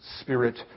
Spirit